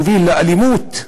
יוביל לאלימות,